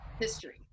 history